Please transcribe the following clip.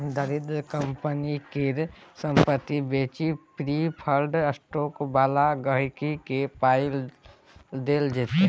दरिद्र कंपनी केर संपत्ति बेचि प्रिफर्ड स्टॉक बला गांहिकी केँ पाइ देल जेतै